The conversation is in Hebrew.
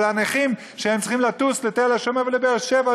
אבל הנכים שצריכים לטוס לתל-השומר ולבאר-שבע,